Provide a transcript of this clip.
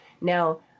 Now